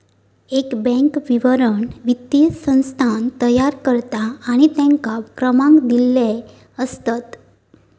एक बॅन्क विवरण वित्तीय संस्थान तयार करता आणि तेंका क्रमांक दिलेले असतत